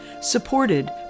supported